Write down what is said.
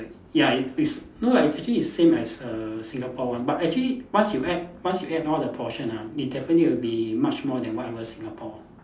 ya is is no lah it's actually the same as err Singapore one but actually once you add once you add all the portion ah it definitely will be much more than whatever Singapore